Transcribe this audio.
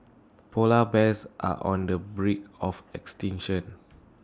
Polar Bears are on the brink of extinction